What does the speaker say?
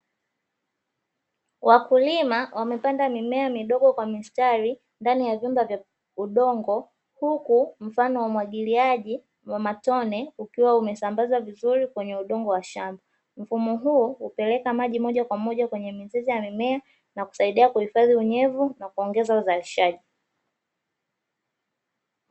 Wakulima wamepanda mimea midogo kwa mistari ndani ya vyumba vya udongo, huku mfano wa umwagiliaji wa matone ukiwa umesambaza vizuri kwenye udongo wa shamba. Mfumo huo hupeleka maji moja kwa moja kwenye mizizi ya mimea, na kusaidia kuhifadhi unyevu na kuongeza uzalishaji.